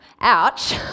Ouch